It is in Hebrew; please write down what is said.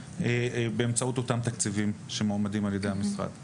באמצעות אותם התקציבים שמועמדים על ידי משרד החינוך.